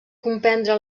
comprendre